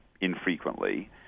infrequently